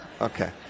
Okay